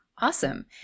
Awesome